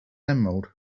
emerald